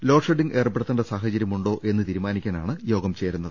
load shedding ഏർപ്പെടുത്തേണ്ട സാഹചര്യമുണ്ടോ എന്ന് തീരുമാനിക്കാനാണ് യോഗം ചേരുന്നത്